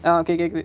ah okay okay